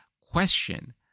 question